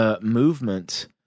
movement